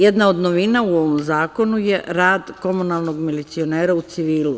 Jedna od novina u ovom zakonu je rad komunalnog milicionera u civilu.